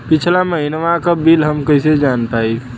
पिछला महिनवा क बिल हम कईसे जान पाइब?